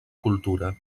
cultura